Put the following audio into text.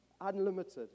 Unlimited